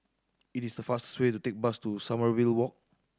it is faster way to take bus to Sommerville Walk